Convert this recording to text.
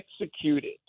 executed